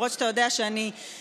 למרות שאתה יודע שאני באמת,